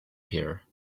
here